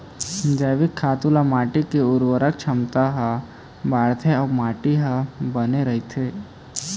जइविक खातू ले माटी के उरवरक छमता ह बाड़थे अउ माटी ह बने रहिथे